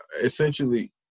essentially